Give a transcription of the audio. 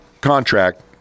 contract